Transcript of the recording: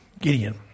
Gideon